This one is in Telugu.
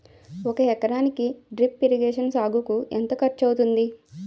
ఒక ఎకరానికి డ్రిప్ ఇరిగేషన్ సాగుకు ఎంత ఖర్చు అవుతుంది?